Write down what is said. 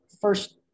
first